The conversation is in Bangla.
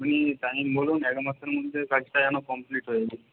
আপনি টাইম বলুন একমাসের মধ্যে কাজটা যেন কমপ্লিট হয়ে যায়